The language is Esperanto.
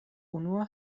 unua